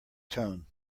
tone